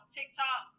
TikTok